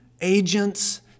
agents